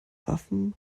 waffen